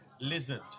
lizard